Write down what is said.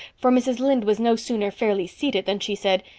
for mrs. lynde was no sooner fairly seated than she said,